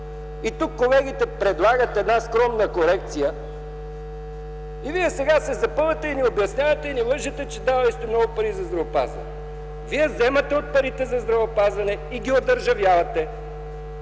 Тук колегите предлагат една скромна корекция, а вие сега се запъвате и ни обяснявате, лъжете ни, че давали сте много пари за здравеопазване. Вие вземате от парите за здравеопазване и ги одържавявате